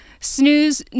Snooze